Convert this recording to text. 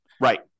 Right